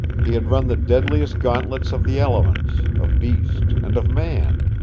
he had run the deadliest gantlets of the elements, of beast, and of man.